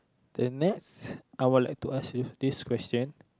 then next I would like ask you this question